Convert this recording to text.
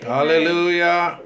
Hallelujah